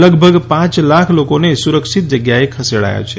લગભગ પાંચ લાખ લોકોને સુરક્ષિત જગ્યાએ ખસેડાયા છે